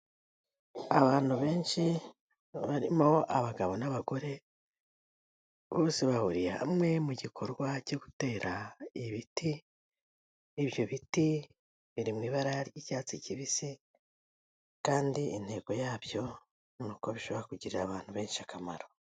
Abantu benshi barimo abagabo n'abagore, bose bahuriye hamwe mu gikorwa cyo gutera ibiti, ibyo biti biri mu ibara ry'icyatsi kibisi kandi intego yabyo ni uko bishobora kugirira abantu benshi akamaro.